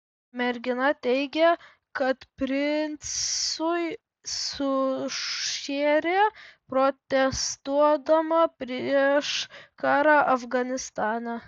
mergina teigė kad princui sušėrė protestuodama prieš karą afganistane